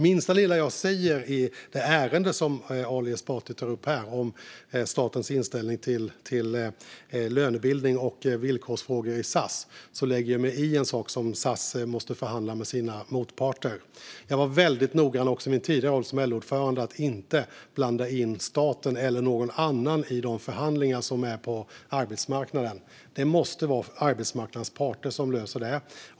Minsta lilla som jag säger i det ärende som Ali Esbati tar upp här om statens inställning till lönebildning och villkorsfrågor i SAS lägger jag mig i en sak som SAS måste förhandla med sina motparter. Jag var också i min tidigare roll som LO-ordförande väldigt noggrann med att inte blanda in staten eller någon annan i de förhandlingar som är på arbetsmarknaden. Det måste vara arbetsmarknadens parter som löser det.